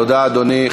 תודה, אדוני.